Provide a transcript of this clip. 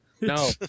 No